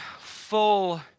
full